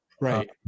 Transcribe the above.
right